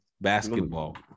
basketball